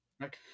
right